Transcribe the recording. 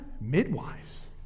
midwives